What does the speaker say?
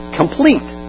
complete